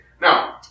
Now